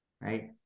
right